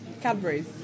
Cadbury's